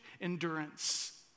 endurance